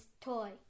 toy